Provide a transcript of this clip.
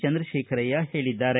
ಚಂದ್ರಶೇಖರಯ್ಯ ಹೇಳಿದ್ದಾರೆ